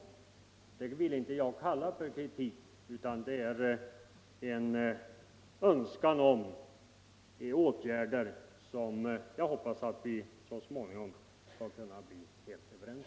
Men detta kan man knappast I kalla för kritik — det är en önskan om åtgärder som jag hoppas vi så Fortsatt giltighet av småningom skall kunna bli helt överens om.